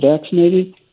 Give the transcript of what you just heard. vaccinated